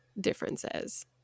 differences